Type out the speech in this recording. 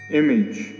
image